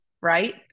right